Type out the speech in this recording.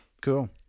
Cool